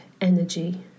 energy